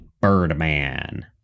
Birdman